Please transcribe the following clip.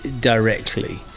directly